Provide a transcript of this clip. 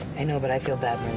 i know, but i feel bad,